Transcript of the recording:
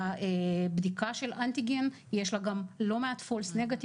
לבדיקה של אנטיגן יש לה לא מעט false negative,